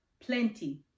plenty